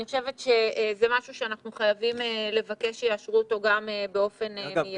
אני חושבת שזה משהו שאנחנו חייבים לבקש שיאושר באופן מידי.